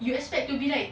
you expect to be like